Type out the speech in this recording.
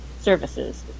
services